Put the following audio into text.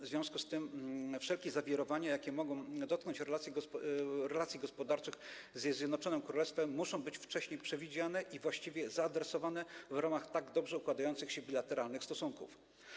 W związku z tym wszelkie zawirowania, jakie mogą dotknąć relacji gospodarczych ze Zjednoczonym Królestwem, muszą być wcześniej przewidziane i właściwie zaadresowane w ramach tak dobrze układających się bilateralnych stosunków.